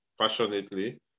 passionately